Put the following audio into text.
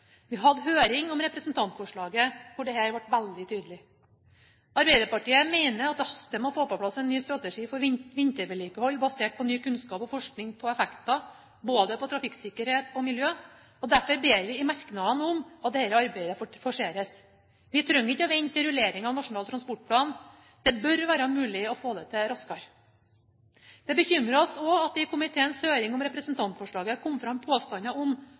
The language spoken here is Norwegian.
Vi hadde en høring om representantforslaget hvor dette ble veldig tydelig. Arbeiderpartiet mener det haster med å få på plass en ny strategi for vintervedlikehold basert på ny kunnskap og forskning på effekter både på trafikksikkerhet og miljø, og derfor ber vi i merknadene om at dette arbeidet forseres. Vi trenger ikke vente til rulleringen av Nasjonal transportplan. Det bør være mulig å få det til raskere. Det bekymrer oss også at det i komiteens høring om representantforslaget kom fram påstander om